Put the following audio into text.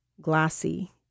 Glassy